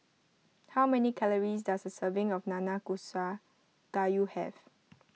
how many calories does a serving of Nanakusa Gayu have